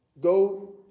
go